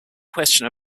question